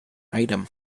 item